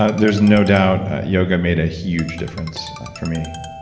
ah there's no doubt yoga made a huge difference for me.